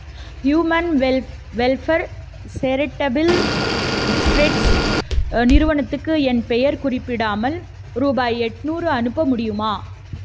human welfare charitable trust நிறுவனத்துக்கு என் பெயர் குறிப்பிடாமல் ரூபாய் எட்நூறு அனுப்ப முடியுமா